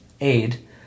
aid